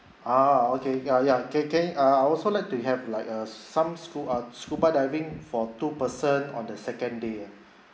ah okay ya ya okay okay um I also like to have like uh some scu~ uh scuba diving for two person on the second day